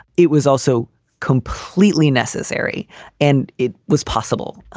it was also completely necessary and it was possible.